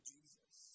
Jesus